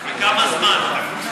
בכמה זמן?